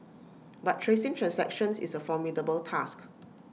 but tracing transactions is A formidable task